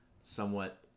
somewhat